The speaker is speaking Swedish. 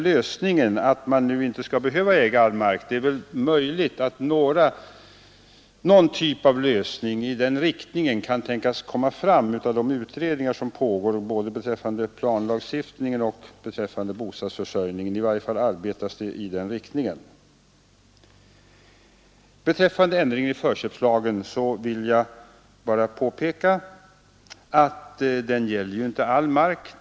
Det är möjligt att någon typ av lösning kan komma till stånd genom de utredningar som pågår beträffande både planlagstiftningen och bostadsförsörjningen, så att kommunerna inte skall behöva äga all mark. I varje fall arbetas det i den riktningen. Beträffande ändringen av förköpslagen vill jag bara påpeka att den gäller ju inte all mark.